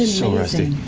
so rusty.